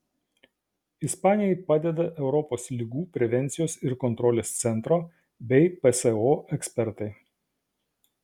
ispanijai padeda europos ligų prevencijos ir kontrolės centro bei pso ekspertai